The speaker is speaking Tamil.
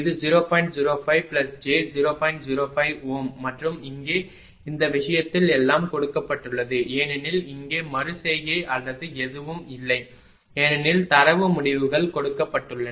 05 மற்றும் இங்கே இந்த விஷயத்தில் எல்லாம் கொடுக்கப்பட்டுள்ளது ஏனெனில் இங்கே மறு செய்கை அல்லது எதுவும் இல்லை ஏனெனில் தரவு முடிவுகள் கொடுக்கப்பட்டுள்ளன